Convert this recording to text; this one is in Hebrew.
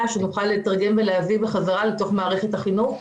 כדי שנוכל לתרגם ולהביא בחזרה לתוך מערכת החינוך.